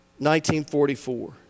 1944